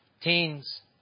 Teens